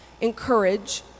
Encourage